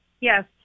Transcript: Yes